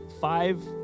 five